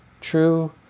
true